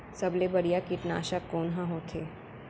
सबले बढ़िया कीटनाशक कोन ह होथे?